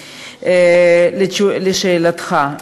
לשאלתך,